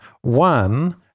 one